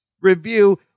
review